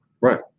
Right